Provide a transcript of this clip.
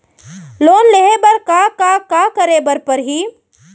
Loan लेहे बर का का का करे बर परहि?